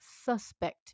suspect